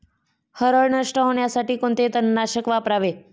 हरळ नष्ट होण्यासाठी कोणते तणनाशक वापरावे?